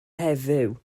heddiw